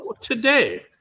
Today